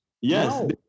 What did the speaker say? yes